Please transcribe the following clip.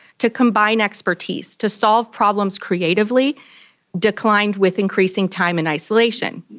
to combine expertise, to solve problems creatively declined with increasing time in isolation.